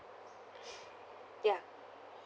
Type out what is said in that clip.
yeah